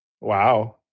Wow